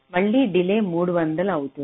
మళ్ళీ డిలే 300 అవుతుంది